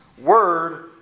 Word